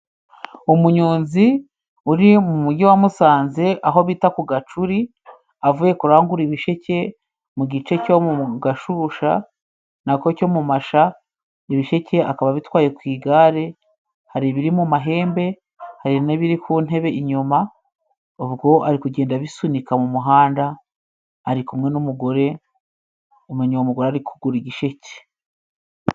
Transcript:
Umunyonzi uri mu mugi wa Musanze aho bita ku Gacuri, avuye kurangura ibisheke mu gice cyo mu Gashusha, nako cyo mu Masha; ibisheke akaba abitwaye ku igare, hari ibiri mu mahembe hari n'ibiri ku ntebe inyuma. Ubwo ari kugenda abisunika mu muhanda ari kumwe n'umugore, umenya uwo mugore ari kugura igisheke.